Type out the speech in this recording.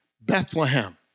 Bethlehem